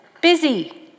busy